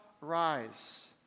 rise